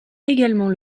également